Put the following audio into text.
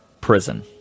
prison